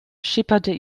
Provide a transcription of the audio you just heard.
schipperte